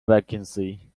vacancy